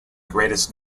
greatest